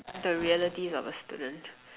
the realities of a student